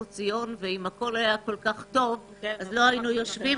אם הכול היה כל כך טוב אז לא היינו יושבים